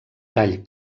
tall